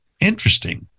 interesting